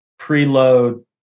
preload